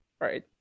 right